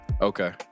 Okay